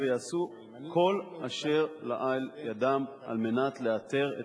ויעשו כל אשר לאל ידם על מנת לאתר את